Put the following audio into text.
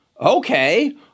Okay